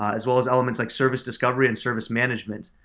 ah as well as elements like service discovery and service management.